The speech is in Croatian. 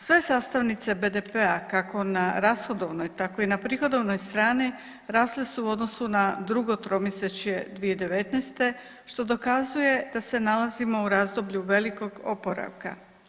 Sve sastavnice BDP-a kako na rashodovnoj tako i na prihodovnoj strani rasle su u odnosu na drugo tromjesečje 2019. što dokazuje da se nalazimo u razdoblju velikog oporavka.